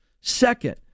Second